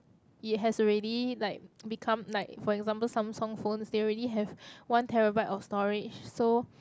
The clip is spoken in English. it has already like become like for example Samsung phones they already have one terabyte of storage so